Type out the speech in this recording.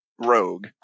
rogue